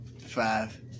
five